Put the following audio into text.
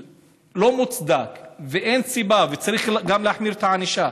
זה לא מוצדק ואין סיבה, וצריך להחמיר את הענישה,